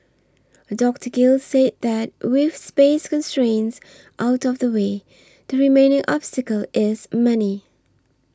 Dr Gill say that with space constraints out of the way the remaining obstacle is money